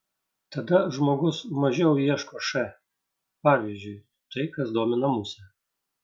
tada žmogus mažiau ieško š pavyzdžiui tai kas domina musę